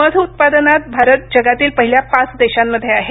मध उत्पादनात भारत जगातील पहिल्या पाच देशांमध्ये आहे